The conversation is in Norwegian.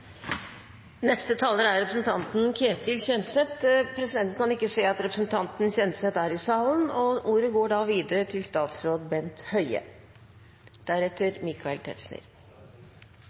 Neste taler er representanten Ketil Kjenseth. Presidenten kan ikke se at representanten Kjenseth er i salen, og ordet går da videre til statsråd Bent Høie.